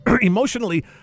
emotionally